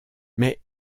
mais